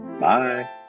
Bye